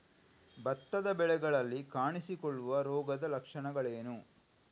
ಭತ್ತದ ಬೆಳೆಗಳಲ್ಲಿ ಕಾಣಿಸಿಕೊಳ್ಳುವ ರೋಗದ ಲಕ್ಷಣಗಳೇನು?